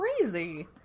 crazy